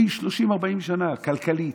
40-30 שנה כלכלית,